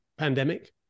pandemic